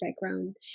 background